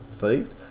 feet